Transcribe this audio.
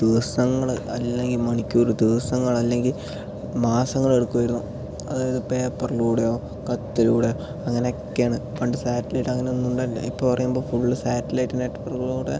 ദിവസങ്ങൾ അല്ലെങ്കിൽ മണിക്കൂറ് ദിവസങ്ങൾ അല്ലെങ്കിൽ മാസങ്ങൾ എടുക്കുവായിരുന്നു അതായത് പേപ്പറിലൂടെയോ കത്തിലൂടെയോ അങ്ങനെ ഒക്കെ ആണ് പണ്ട് സാറ്റലൈറ്റ് അങ്ങനെ ഒന്നും ഉണ്ടായിരിന്നില്ല ഇപ്പം പറയുമ്പം ഫുൾ സാറ്റലൈറ്റ് നെറ്റ്വർക്കിലൂടെ